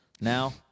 Now